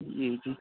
जी जी